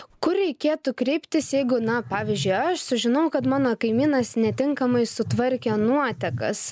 kur reikėtų kreiptis jeigu na pavyzdžiui aš sužinojau kad mano kaimynas netinkamai sutvarkė nuotekas